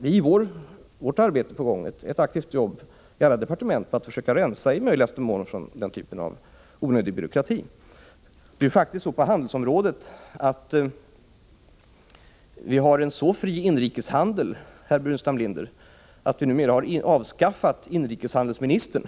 Vi har på gång ett aktivt jobb, i alla departement, att i möjligaste mån försöka rensa bort onödig byråkrati. På handelsområdet är det faktiskt så, herr Burenstam Linder, att vi har en så fri inrikeshandel att vi numera har avskaffat inrikeshandelsministern.